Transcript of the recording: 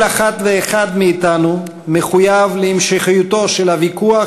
כל אחת ואחד מאתנו מחויב להמשכיותו של הוויכוח